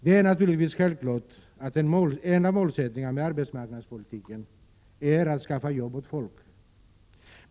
Det är naturligtvis självklart att en av målsättningarna med arbetsmarknadspolitiken är att skaffa jobb åt folk.